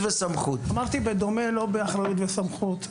אמרתי: "בדומה"; לא: "באחריות וסמכות".